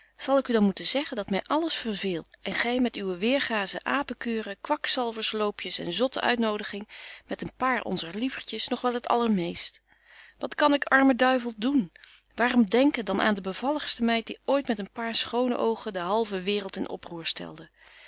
zal ik u dan moeten zeggen dat my alles verveelt en gy met uwe weêrgaze aapenkuren kwakzalvers loopjes en zotte uitnodiging met een paar onzer lievertjes nog wel het allermeest wat kan ik arme duivel doen waarom denken dan aan de bevalligste meid die ooit met een paar schone oogen de halve waereld in oproer stelde